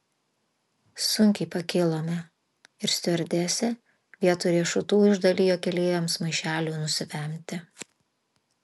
sunkiai pakilome ir stiuardesė vietoj riešutų išdalijo keleiviams maišelių nusivemti